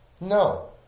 No